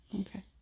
Okay